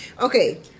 okay